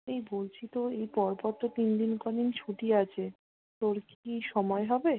এই বলছি তোর এই পর পর তো তিন দিন কদিন ছুটি আছে তোর কি সময় হবে